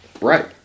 right